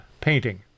painting